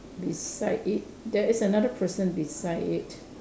beside it there is another person beside it